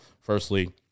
firstly